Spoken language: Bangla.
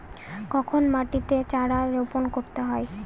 কখন মাটিতে চারা রোপণ করতে হয়?